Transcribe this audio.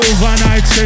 Overnight